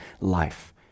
life